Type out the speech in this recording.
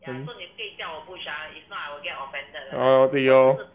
then ah 对 loh